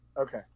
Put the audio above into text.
Okay